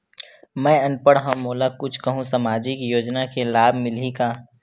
मैं अनपढ़ हाव मोला कुछ कहूं सामाजिक योजना के लाभ मिलही का?